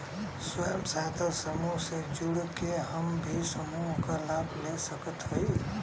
स्वयं सहायता समूह से जुड़ के हम भी समूह क लाभ ले सकत हई?